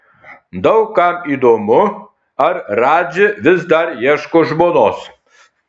daug kam įdomu ar radži vis dar ieško žmonos